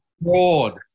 broad